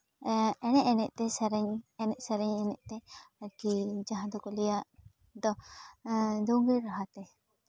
ᱮᱱᱮᱡ ᱮᱱᱮᱡᱛᱮ ᱥᱮᱨᱮᱧ ᱮᱱᱮᱡ ᱥᱮᱨᱮᱧ ᱮᱱᱮᱡᱛᱮ ᱟᱨᱠᱤ ᱡᱟᱦᱟᱸ ᱫᱚᱠᱚ ᱞᱟᱹᱭᱟ ᱫᱳᱸᱜᱮᱲ ᱨᱟᱦᱟᱛᱮ